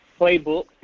playbook